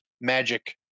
magic